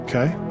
Okay